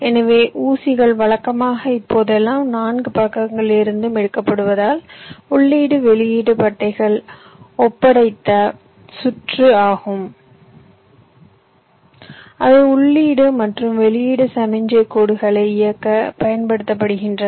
எனவே ஊசிகள் வழக்கமாக இப்போதெல்லாம் 4 பக்கங்களிலிருந்தும் எடுக்கப்படுவதால் உள்ளீட்டு வெளியீட்டு பட்டைகள் ஒப்படைத்த சுற்று ஆகும் அவை உள்ளீடு மற்றும் வெளியீட்டு சமிக்ஞை கோடுகளை இயக்க பயன்படுகின்றன